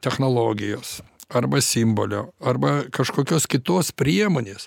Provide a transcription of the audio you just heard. technologijos arba simbolio arba kažkokios kitos priemonės